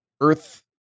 Earth